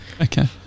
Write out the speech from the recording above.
Okay